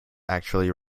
actually